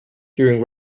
during